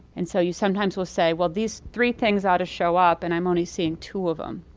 and so you sometimes will say, well, these three things ought to show up and i'm only seeing two of them.